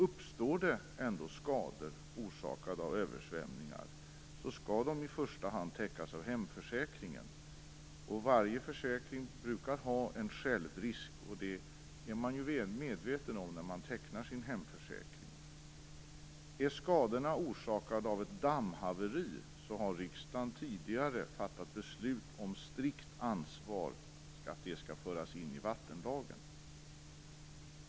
Uppstår det ändå skador som orsakats av översvämningar skall de i första hand täckas av hemförsäkringen. Varje försäkring brukar ha en självrisk, och det är man ju väl medveten om när man tecknar sin hemförsäkring. Är skadorna orsakade av ett dammhaveri har riksdagen tidigare fattat beslut om strikt ansvar och att det skall föras in i vattenlagen.